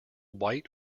white